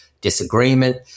disagreement